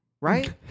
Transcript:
Right